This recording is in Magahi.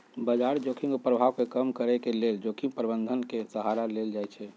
बजार जोखिम के प्रभाव के कम करेके लेल जोखिम प्रबंधन के सहारा लेल जाइ छइ